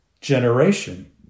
generation